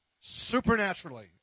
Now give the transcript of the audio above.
supernaturally